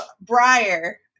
Briar